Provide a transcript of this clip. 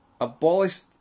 abolished